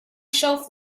shelf